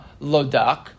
Lodak